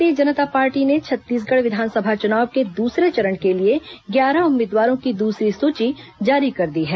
भारतीय जनता पार्टी ने छत्तीसगढ़ विधानसभा चुनाव के दूसरे चरण के लिए ग्यारह उम्मीदवारों की दूसरी सूची जारी कर दी है